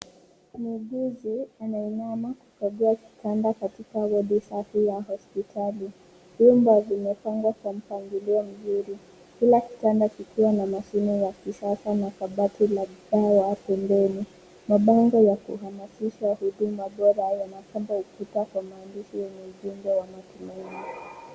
Muuguzi anainama kukagua kitanda katika wodi safi ya hospitali. Vyumba vimepangwa kwa mpangilio mzuri kila kitanda kikiwa na mashine ya wa kisasa na kabati la dawa pembeni . Mabango ya kuhamasisha huduma bora yanapamba kwenye ukuta kwa maandishi yenye matumaini.